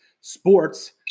sports